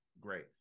Great